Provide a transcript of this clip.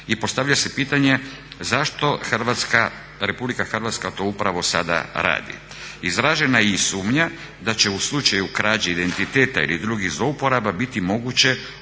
i postavlja se pitanje zašto Hrvatska, Republika Hrvatska to upravo sada radi. Izražena je i sumnja da će u slučaju krađe identiteta ili drugih zlouporaba biti moguće